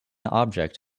object